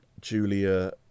Julia